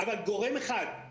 אבל גורם אחד,